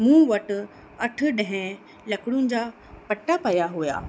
मूं वटि अठ ॾह लकिड़ियुनि जा पट्ट पिया हुआ